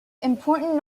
important